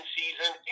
season